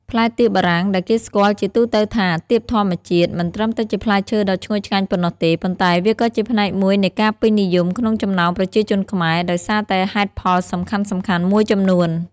ផ្លែទៀបបារាំងដែលគេស្គាល់ជាទូទៅថា ទៀបធម្មជាតិ មិនត្រឹមតែជាផ្លែឈើដ៏ឈ្ងុយឆ្ងាញ់ប៉ុណ្ណោះទេ ប៉ុន្តែវាក៏ជាផ្នែកមួយនៃការពេញនិយមក្នុងចំណោមប្រជាជនខ្មែរ ដោយសារតែហេតុផលសំខាន់ៗមួយចំនួន។